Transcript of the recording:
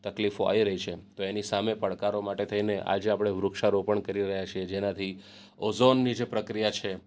તકલીફો આવી રહી છે તો એની સામે પડકારો માટે થઇને આજે આપણે વૃક્ષારોપણ કરી રહ્યાં છીએ જેનાથી ઓઝોનની જે પ્રક્રિયા છે